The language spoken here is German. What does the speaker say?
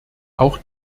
der